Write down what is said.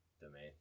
domain